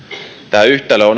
tämä yhtälö